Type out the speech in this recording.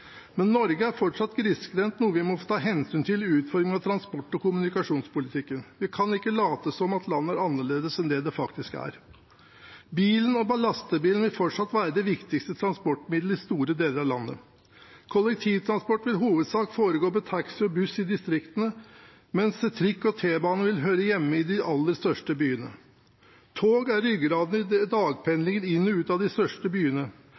men Norge er fortsatt grisgrendt, noe vi må ta hensyn til i utformingen av transport- og kommunikasjonspolitikken. Vi kan ikke late som om landet er annerledes enn det det faktisk er. Bilen og lastebilen vil fortsatt være det viktigste transportmiddelet i store deler av landet. Kollektivtransport vil i hovedsak foregå med taxi og buss i distriktene, mens trikk og T-bane vil høre hjemme i de aller største byene. Tog er ryggraden i dagpendlingen inn og ut av de største byene,